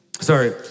Sorry